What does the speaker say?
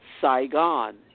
Saigon